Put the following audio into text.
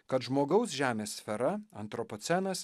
kad žmogaus žemės sfera antropocenas